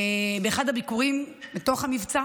באחד הביקורים בתוך המבצע